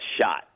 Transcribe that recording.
shot